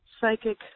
psychic